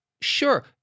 sure